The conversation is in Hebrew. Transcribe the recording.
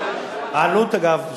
אגב,